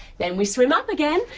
then we swim up again,